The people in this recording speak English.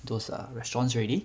those err restaurants already